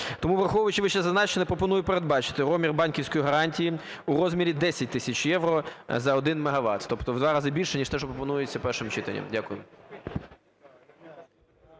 Тому, враховуючи вищезазначене, пропоную передбачити розмір банківської гарантії у розмірі 10 тисяч євро за 1 мегават, тобто в 2 рази більше ніж те, що пропонується першим читанням. Дякую.